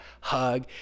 hug